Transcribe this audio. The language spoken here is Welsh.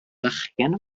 fachgen